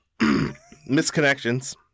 Misconnections